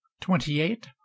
twenty-eight